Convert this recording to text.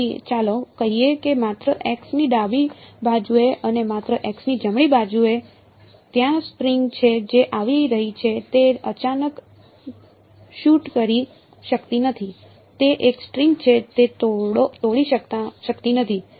તેથી ચાલો કહીએ કે માત્ર x ની ડાબી બાજુએ અને માત્ર x ની જમણી બાજુએ ત્યાં સ્ટ્રિંગ છે જે આવી રહી છે તે અચાનક શૂટ કરી શકતી નથી તે એક સ્ટ્રિંગ છે તે તોડી શકાતી નથી